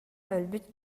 өлбүт